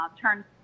turn